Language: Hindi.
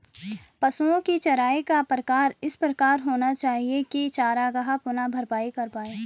पशुओ की चराई का प्रकार इस प्रकार होना चाहिए की चरागाह पुनः भरपाई कर पाए